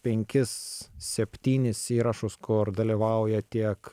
penkis septynis įrašus kur dalyvauja tiek